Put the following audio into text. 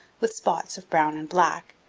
with spots of brown and black,